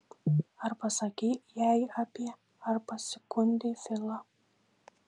ar pasakei jai apie ar paskundei filą